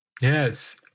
Yes